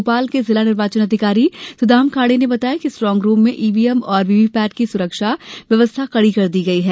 भोपाल के जिला निर्वाचन अधिकारी सुदाम खाडे ने बताया कि स्ट्रांग रूम में ईवीएम और वीवीपेट की सुरक्षा व्यवस्था कड़ी कर दी गई है